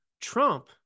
Trump